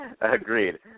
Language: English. Agreed